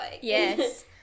Yes